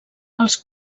els